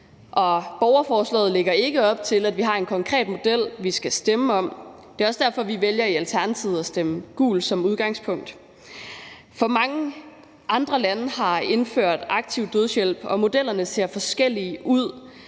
borgerforslaget lægger ikke op til, at vi har en konkret model, vi skal stemme om. Det er også derfor, vi i Alternativet vælger at stemme gult som udgangspunkt. For mange andre lande har indført aktiv dødshjælp, og modellerne ser forskellige ud,